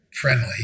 friendly